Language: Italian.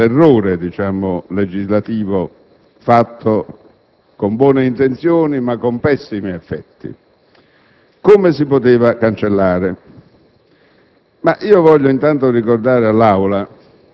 essendo chiarissimo e indiscutibile l'errore legislativo, fatto con buona intenzione ma con pessimi effetti. Come si poteva cancellare?